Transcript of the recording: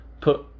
put